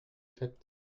faite